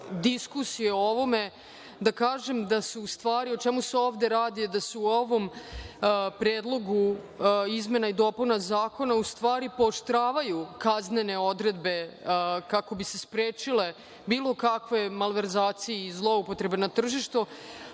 diskusije o ovome, da kažem o čemu se ovde radi, da se u ovom Predlogu izmena i dopuna zakona u stvari pooštravaju kaznene odredbe kako bi se sprečile bilo kakve malverzacije i zloupotrebe na tržištu.